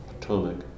Potomac